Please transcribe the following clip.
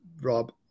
Rob